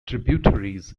tributaries